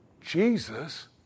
Jesus